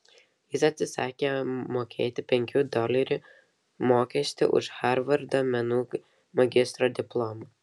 jis atsisakė mokėti penkių dolerių mokestį už harvardo menų magistro diplomą